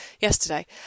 yesterday